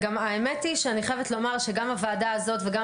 האמת היא שאני חייבת לומר שגם הוועדה הזאת וגם